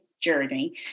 journey